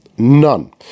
None